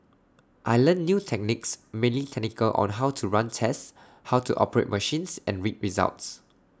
I learnt new techniques mainly technical on how to run tests how to operate machines and read results